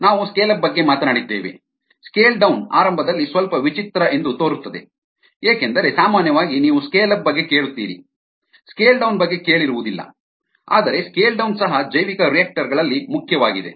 ನಾವು scale up ಬಗ್ಗೆ ಮಾತನಾಡಿದ್ದೇವೆ ಸ್ಕೇಲ್ ಡೌನ್ ಆರಂಭದಲ್ಲಿ ಸ್ವಲ್ಪ ವಿಚಿತ್ರ ಎಂದು ತೋರುತ್ತದೆ ಏಕೆಂದರೆ ಸಾಮಾನ್ಯವಾಗಿ ನೀವು ಸ್ಕೇಲ್ ಅಪ್ ಬಗ್ಗೆ ಕೇಳುತ್ತೀರಿ ಸ್ಕೇಲ್ ಡೌನ್ ಬಗ್ಗೆ ಕೇಳಿರುವುದಿಲ್ಲ ಆದರೆ ಸ್ಕೇಲ್ ಡೌನ್ ಸಹ ಜೈವಿಕರಿಯಾಕ್ಟರ್ ಗಳಲ್ಲಿ ಮುಖ್ಯವಾಗಿದೆ